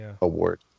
award